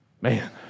Man